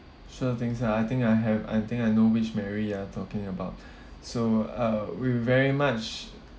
sure thing sir I think I have I think I know which mary you are talking about so uh we very much